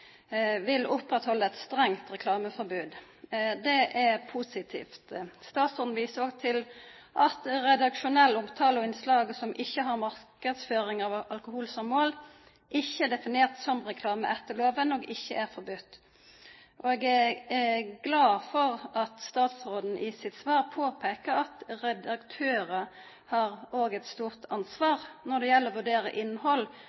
vil halda ved lag eit strengt reklameforbod. Det er positivt. Statsråden viser òg til at redaksjonell omtale og innslag som ikkje har marknadsføring av alkohol som mål, ikkje er definerte som reklame etter loven og ikkje er forbodne. Eg er glad for at statsråden i sitt svar påpeikar at redaktørar òg har eit stort ansvar når det gjeld å vurdera innhald